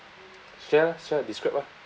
share lah share and describe ah